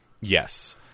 Yes